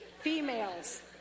females